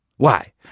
Why